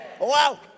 Wow